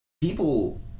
people